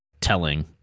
telling